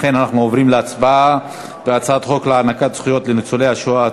לכן אנחנו עוברים להצבעה על הצעת חוק להענקת זכויות לניצולי השואה,